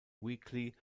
weakly